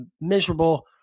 miserable